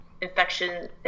infection